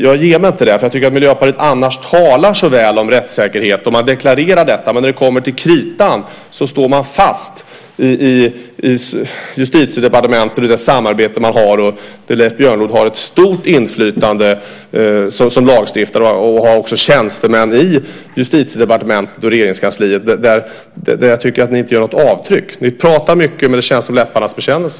Jag ger mig inte där. Jag tycker att Miljöpartiet annars talar så väl om rättssäkerhet. Man deklarerar detta, men när det kommer till kritan står man fast i Justitiedepartementet och det samarbete man har, där Leif Björnlod har ett stort inflytande som lagstiftare. Ni har också tjänstemän i Justitiedepartementet och Regeringskansliet där jag inte tycker att ni gör något avtryck. Ni pratar mycket, men det känns som läpparnas bekännelse.